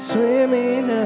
Swimming